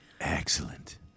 Excellent